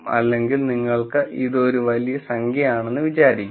അല്ലെങ്കിൽ നിങ്ങള്ക്ക് ഇത് ഒരു വലിയ സംഖ്യ ആണെന്ന് വിചാരിക്കാം